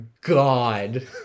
god